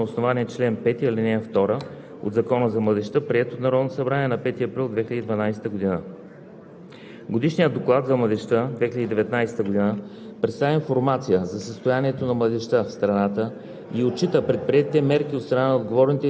От името на вносителя Докладът беше представен от господин Николай Павлов. В своето изложение той информира народните представители, че Годишният доклад за младежта се изготвя на основание чл. 5, ал. 2 от Закона за младежта, приет от Народното събрание на 5 април 2012 г.